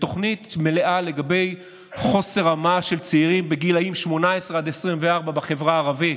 תוכנית מלאה לגבי חוסר המעש של צעירים בגילים 18 24 בחברה הערבית.